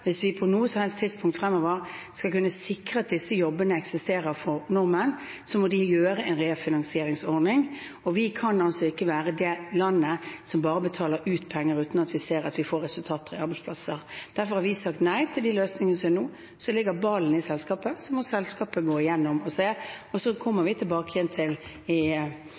Hvis vi på noe som helst tidspunkt fremover skal kunne sikre at disse jobbene eksisterer for nordmenn, må de ha en refinansieringsordning. Vi kan ikke være det landet som bare betaler ut penger uten at vi ser at vi får resultater i arbeidsplasser. Derfor har vi sagt nei til de løsningene som er nå. Ballen ligger hos selskapet, så må selskapet gå gjennom og se. Vi kommer tilbake igjen, i tråd med det vi ble enige om tidligere i uken, når vi også ser hvordan utviklingen i